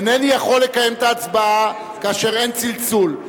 אינני יכול לקיים את ההצבעה כאשר אין צלצול.